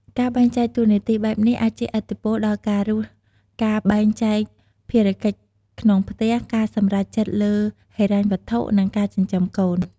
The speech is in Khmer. ការបែងចែកតួនាទីបែបនេះអាចជះឥទ្ធិពលដល់ការរស់ ការបែងចែកភារកិច្ចក្នុងផ្ទះ ការសម្រេចចិត្តលើហិរញ្ញវត្ថុ និងការចិញ្ចឹមកូន។